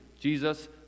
Jesus